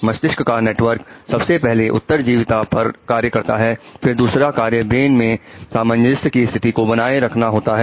मस्तिष्क का नेटवर्क सबसे पहले उत्तरजीविता पर कार्य करता है फिर दूसरा कार्य ब्रेन में सामंजस्य की स्थिति को बनाए रखना होता है